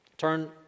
turn